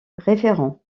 référent